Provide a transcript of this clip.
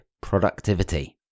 Productivity